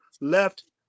left